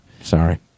Sorry